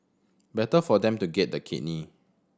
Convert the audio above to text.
better for them to get the kidney